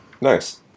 Nice